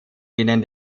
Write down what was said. denen